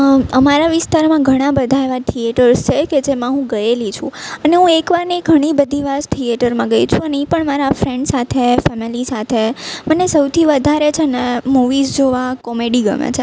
અમારા વિસ્તારમાં ઘણાં બધાં એવા થિએટર્સ છે કે જેમાં હું ગયેલી છું અને હું એક વાર નહીં ઘણી બધી વાર થિએટરમાં ગઈ છું અને એ પણ મારા ફ્રેન્ડ સાથે ફેમિલી સાથે મને સૌથી વધારે છે ને મુવીઝ જોવા કોમેડી ગમે છે